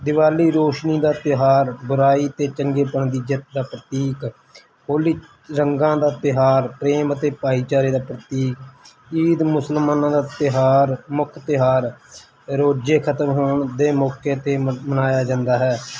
ਦੀਵਾਲੀ ਰੋਸ਼ਨੀ ਦਾ ਤਿਉਹਾਰ ਬੁਰਾਈ 'ਤੇ ਚੰਗੇਪਣ ਦੀ ਜਿੱਤ ਦਾ ਪ੍ਰਤੀਕ ਹੋਲੀ ਰੰਗਾਂ ਦਾ ਤਿਉਹਾਰ ਪ੍ਰੇਮ ਅਤੇ ਭਾਈਚਾਰੇ ਦਾ ਪ੍ਰਤੀਕ ਈਦ ਮੁਸਲਮਨਾਂ ਦਾ ਤਿਉਹਾਰ ਮੁੱਖ ਤਿਉਹਾਰ ਰੋਜੇ ਖਤਮ ਹੋਣ ਦੇ ਮੌਕੇ 'ਤੇ ਮ ਮਨਾਇਆ ਜਾਂਦਾ ਹੈ